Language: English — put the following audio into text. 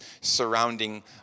surrounding